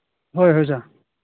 ꯍꯣꯏ ꯑꯣꯖꯥ